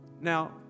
now